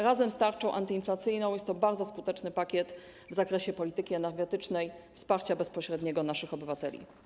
Razem z tarczą antyinflacyjną jest to bardzo skuteczny pakiet w zakresie polityki energetycznej, bezpośredniego wsparcia naszych obywateli.